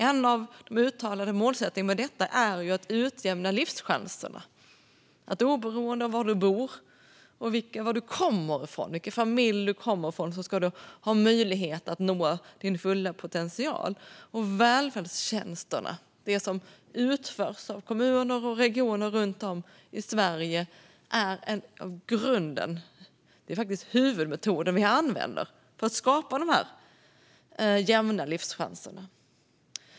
En av de uttalade målsättningarna med detta är att utjämna livschanserna. Oberoende av var du bor och vilken familj du kommer ifrån ska du ha möjlighet att nå din fulla potential, och välfärdstjänsterna - det som utförs av kommuner och regioner runt om i Sverige - är faktiskt den huvudmetod vi använder för att skapa dessa utjämnade livschanser.